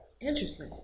Interesting